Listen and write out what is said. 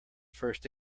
first